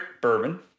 bourbon